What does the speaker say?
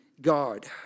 God